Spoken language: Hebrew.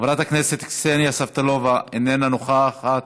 חברת הכנסת קסניה סבטלובה, איננה נוכחת,